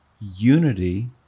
Unity